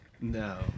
No